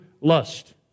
lust